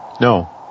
No